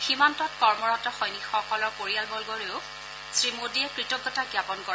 সীমান্তত কৰ্মৰত সৈনিকসকলৰ পৰিয়ালবগলৈও শ্ৰীমোডীয়ে কৃতজ্ঞতা জ্ঞাপন কৰে